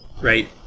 Right